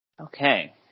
okay